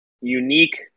unique